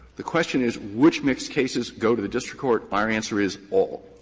the question is which mixed cases go to the district court? our answer is all.